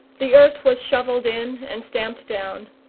the earth was shovelled in and stamped down,